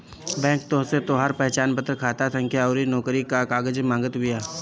bank तोहसे तोहार पहचानपत्र, खाता संख्या अउरी नोकरी कअ कागज मांगत बिया